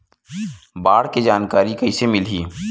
बाढ़ के जानकारी कइसे मिलही?